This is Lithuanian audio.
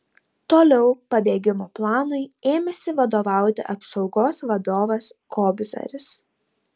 toliau pabėgimo planui ėmėsi vadovauti apsaugos vadovas kobzaris